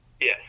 Yes